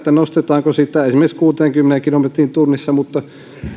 nostetaanko sitä esimerkiksi kuuteenkymmeneen kilometriin tunnissa mutta